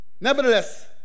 nevertheless